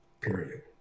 period